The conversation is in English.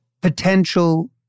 potential